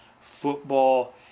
football